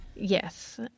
Yes